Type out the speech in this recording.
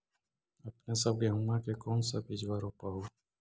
अपने सब गेहुमा के कौन सा बिजबा रोप हू?